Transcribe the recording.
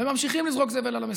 וממשיכים לזרוק זבל על המסילה.